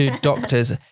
doctors